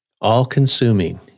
all-consuming